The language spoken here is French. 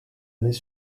années